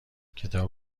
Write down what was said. کتاب